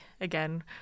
Again